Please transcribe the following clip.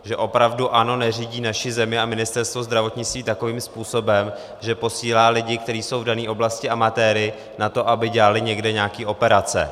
Že opravdu ANO neřídí naši zemi a Ministerstvo zdravotnictví takovým způsobem, že posílá lidi, kteří jsou v dané oblasti amatéry, na to, aby dělali někde nějaké operace.